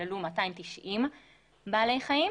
כללו 290 בעלי חיים.